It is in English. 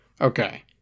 Okay